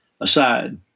aside